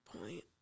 point